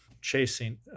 chasing